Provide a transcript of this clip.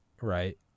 Right